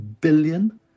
billion